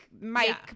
Mike